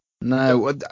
No